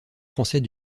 français